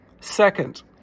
Second